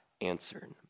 answered